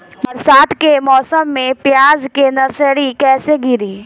बरसात के मौसम में प्याज के नर्सरी कैसे गिरी?